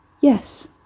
Yes